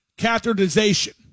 catheterization